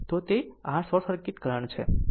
તો તે r short circuit current છે